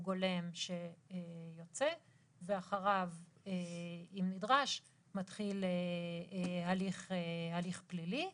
הולם שיוצא ואחריו אם נדרש מתחיל הליך פלילי.